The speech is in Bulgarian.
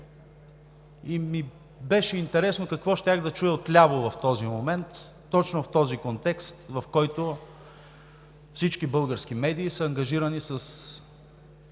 и ми беше интересно какво щях да чуя отляво в този момент, точно в този контекст, в който всички български медии са ангажирани с